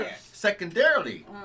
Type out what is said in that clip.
Secondarily